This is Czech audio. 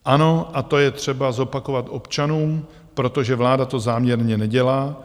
Ano, a to je třeba zopakovat občanům, protože vláda to záměrně nedělá.